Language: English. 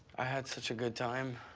i has such a good time.